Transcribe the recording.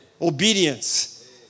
obedience